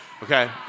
Okay